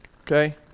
Okay